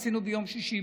עשינו ביום שישי,